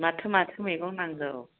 माथो माथो मैगं नांगौ